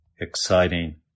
exciting